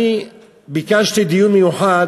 אני ביקשתי דיון מיוחד